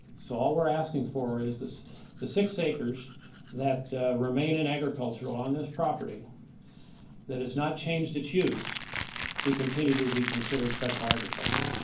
so all we're asking for is the six acres that remain in agricultural on this property that has not changed its use be continue to be considered special agriculture.